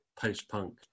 post-punk